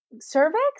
cervix